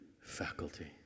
faculty